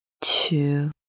two